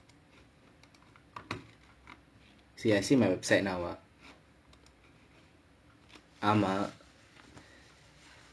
see I see my website now ஆமா:aamaa